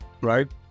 right